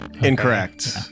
incorrect